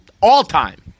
all-time